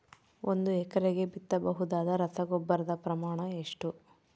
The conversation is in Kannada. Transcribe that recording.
ಒಂದು ಎಕರೆಗೆ ಬಿತ್ತಬಹುದಾದ ರಸಗೊಬ್ಬರದ ಪ್ರಮಾಣ ಎಷ್ಟು?